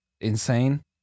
insane